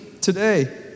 today